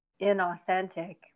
inauthentic